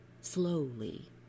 slowly